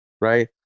Right